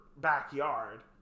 backyard